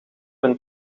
een